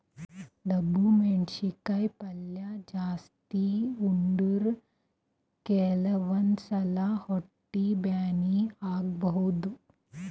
ಡಬ್ಬು ಮೆಣಸಿನಕಾಯಿ ಪಲ್ಯ ಜಾಸ್ತಿ ಉಂಡ್ರ ಕೆಲವಂದ್ ಸಲಾ ಹೊಟ್ಟಿ ಬ್ಯಾನಿ ಆಗಬಹುದ್